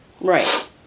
Right